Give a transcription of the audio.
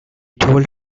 told